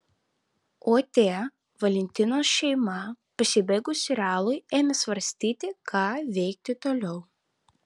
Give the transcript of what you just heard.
o tie valentinos šeima pasibaigus serialui ėmė svarstyti ką veikti toliau